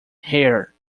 hair